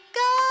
go